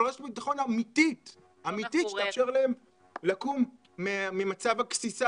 אבל רשת ביטחון אמיתית שתאפשר להם לקום ממצב הגסיסה